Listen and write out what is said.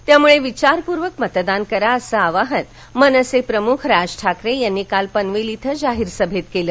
त्यामुळे विचारपूर्वक मतदान करा असं आवाहन मनसे प्रमुख राज ठाकरे यांनी काल पनवेल इथं जाहीर सभेत केलं